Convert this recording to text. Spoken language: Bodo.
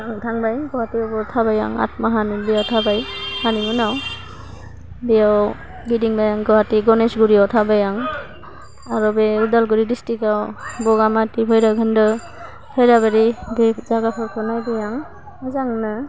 थांबाय गुवाहाटीयावबो थाबाय आं आट माहानो बेयाव थाबाय थानाय उनाव बेयाव गिदिंबाय आं गुवाहाटी गणेसगुरियाव थाबाय आं आरो बे अदालगुरि डिस्टिक्टआव बगामाथि भैरबखोन्दो खैराबारि बे जागाफोरखौ नायबाय आं मोजांनो